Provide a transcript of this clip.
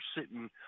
sitting